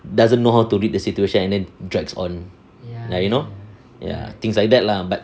doesn't know how to read the situation and drags on like you know ya things like that lah but